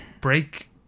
Break